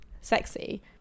sexy